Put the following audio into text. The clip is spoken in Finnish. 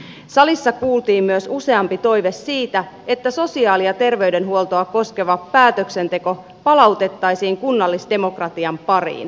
salissa kuultiin myös useampi toive siitä että sosiaali ja terveydenhuoltoa koskeva päätöksenteko palautettaisiin kunnallisdemokratian pariin